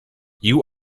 you